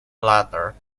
latter